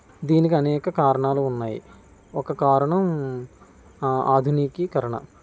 దీనికి అనేక కారణాలు ఉన్నాయి ఒక కారణం ఆధునికీకరణ